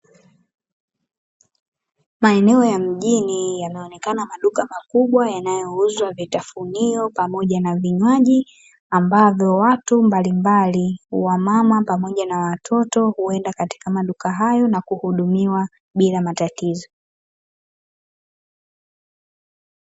Maeneo ya mjini yanaonekana maduka makubwa yanayouza vitafunio pamoja na vinywaji, ambavyo watu mbalimbali (wamama pamoja na watoto) huenda katika maduka hayo na kuhudumiwa bila matatizo.